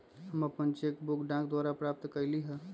हम अपन cheque book डाक द्वारा प्राप्त कईली ह